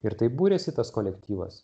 ir taip buriasi tas kolektyvas